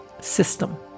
system